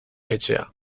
etxea